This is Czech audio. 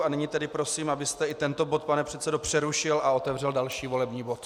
A nyní tedy prosím, abyste i tento bod, pane předsedo, přerušil a otevřel další volební bod.